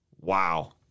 Wow